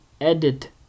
edit